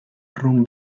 room